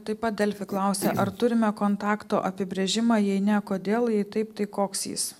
taip pat delfi klausia ar turime kontakto apibrėžimą jei ne kodėl jei taip tai koks jis